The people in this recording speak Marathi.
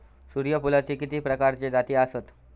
सूर्यफूलाचे किती प्रकारचे जाती आसत?